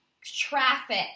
Traffic